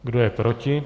Kdo je proti?